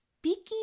speaking